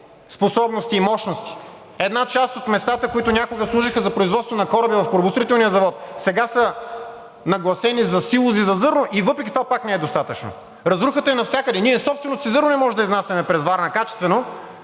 способности и мощности. Една част от местата, които някога служеха за производство на кораби в корабостроителния завод, сега са нагласени за силози за зърно и въпреки това пак не е достатъчно. Разрухата е навсякъде. Ние собственото си зърно не можем да изнасяме през Варна качествено,